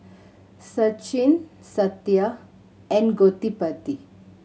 Sachin Satya and Gottipati